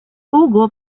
hugo